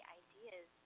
ideas